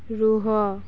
ରୁହ